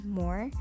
more